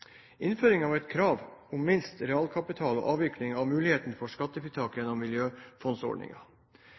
innføring av et krav om minste realkapital og avvikling av muligheten for skattefritak gjennom